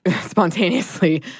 spontaneously